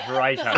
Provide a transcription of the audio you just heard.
right